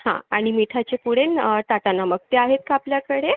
हा आणि मिठाचे पुडे टाटा नमक ते आहेत का आपल्याकडे